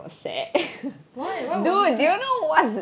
why why was it sad